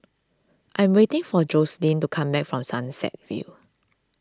I am waiting for Joselyn to come back from Sunset View